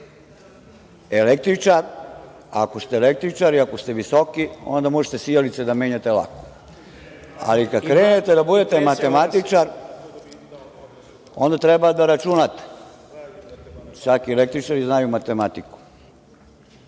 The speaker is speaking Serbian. električar, ako ste električar i ako ste visoki, onda možete sijalice da menjate lako. Ali, kada krenete da budete matematičar onda treba da računate, čak i električari znaju matematiku.